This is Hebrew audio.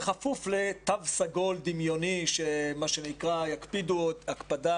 בכפוף לתו סגול דמיוני שבו יקפידו הקפדה